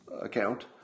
account